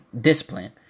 discipline